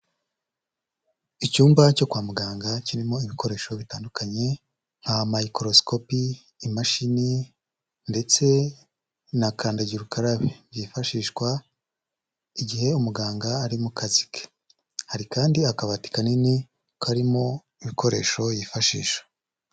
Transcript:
Icyumba cyo kwa muganga kirimo ibikoresho bitandukanye nka microscopy, imashini ndetse na kandagira ukarabe. Byifashishwa igihe umuganga ari mu kazi ke. Hari kandi akabati kanini karimo ibikoresho yifashisha.